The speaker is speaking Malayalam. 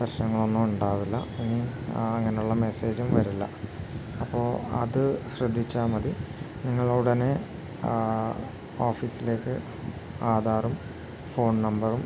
പ്രശ്നങ്ങളൊന്നും ഉണ്ടാവില്ല ഇനി അങ്ങനെയുള്ള മെസ്സേജും വരില്ല അപ്പോൾ അത് ശ്രദ്ധിച്ചാൽ മതി നിങ്ങളുടനെ ഓഫീസിലേക്ക് ആധാറും ഫോൺ നമ്പറും